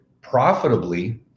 profitably